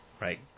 right